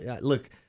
look